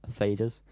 faders